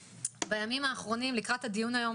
בימים האחרונים לקראת הדיון היום,